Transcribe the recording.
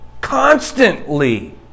constantly